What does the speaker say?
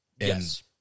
Yes